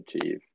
achieve